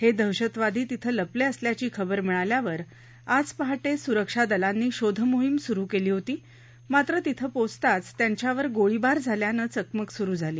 हे दहशतवादी तिथं लपले असल्याची खबर मिळाल्यावर आज पहाटे सुरक्षादलांनी शोधमोहीम सुरु केली होती मात्र तिथं पोचताच त्यांच्यावर गोळीबार झाल्यानं चकमक सुरु झाली